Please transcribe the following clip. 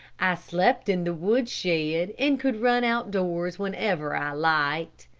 i slept in the woodshed, and could run outdoors whenever i liked.